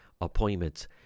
appointments